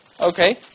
Okay